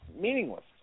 meaningless